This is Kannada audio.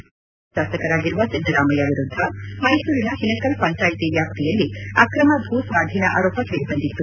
ಬಾದಾಮಿ ಕ್ಷೇತ್ರದ ಹಾಲಿ ಶಾಸಕರಾಗಿರುವ ಸಿದ್ದರಾಮಯ್ಯ ವಿರುದ್ಧ ಮೈಸೂರಿನ ಹಿನಕಲ್ ಪಂಚಾಯಿತಿ ವ್ಯಾಪ್ತಿಯಲ್ಲಿ ಆಕ್ರಮ ಭೂ ಸ್ವಾಧೀನ ಆರೋಪ ಕೇಳಿ ಬಂದಿತ್ತು